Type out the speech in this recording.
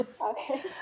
Okay